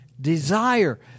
desire